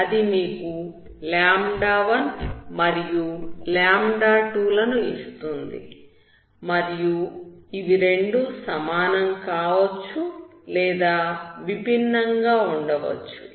అది మీకు 1 మరియు 2 లను ఇస్తుంది మరియు ఇవి రెండు సమానం కావచ్చు లేదా విభిన్నంగా ఉండవచ్చు